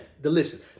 delicious